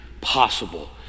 possible